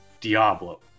Diablo